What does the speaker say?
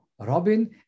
Robin